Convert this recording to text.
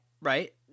Right